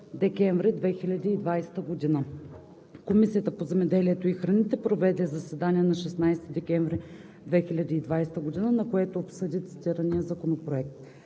декември 2020 г. Комисията по земеделието и храните проведе заседание на 16 декември 2020 г., на което обсъди цитирания законопроект.